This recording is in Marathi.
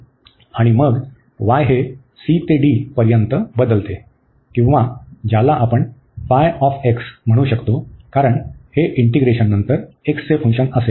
आणि मग y हे c ते d पर्यंत बदलते किंवा ज्याला आपण फाय ऑफ x म्हणू शकतो कारण हे इंटिग्रेशननंतर x चे फंक्शन असेल